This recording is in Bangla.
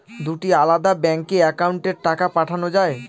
দুটি আলাদা ব্যাংকে অ্যাকাউন্টের টাকা পাঠানো য়ায়?